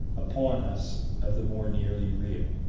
upon us of the more nearly real